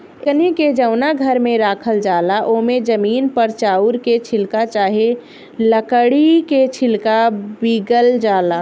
एकनी के जवना घर में राखल जाला ओमे जमीन पर चाउर के छिलका चाहे लकड़ी के छिलका बीगल जाला